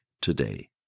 today